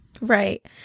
Right